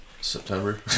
September